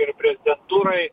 ir prezidentūrai